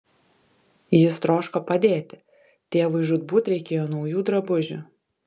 jis troško padėti tėvui žūtbūt reikėjo naujų drabužių